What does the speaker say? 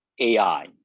AI